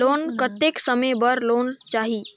Loan कतेक समय बर लेना चाही?